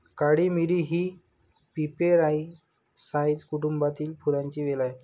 काळी मिरी ही पिपेरासाए कुटुंबातील फुलांची वेल आहे